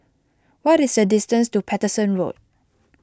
what is the distance to Paterson Road